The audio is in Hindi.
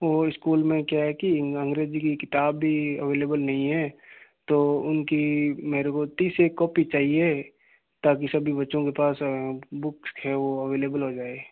वह इस्कूल में क्या है कि अंग्रेजी की किताब भी अवेलेबल नहीं है तो उनकी मेरे को तीस एक कॉपी चाहिए ताकि सभी बच्चों के पास बुक्स हैं वह अवेलेबल हो जाए